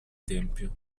tempio